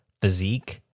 physique